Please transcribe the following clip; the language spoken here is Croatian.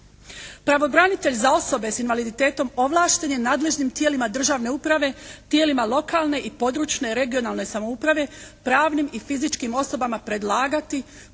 Pravobranitelj za osobe s invaliditetom ovlašten je nadležnim tijelima državne uprave, tijelima lokalne i područne, regionalne samouprave, pravnim i fizičkim osobama predlagati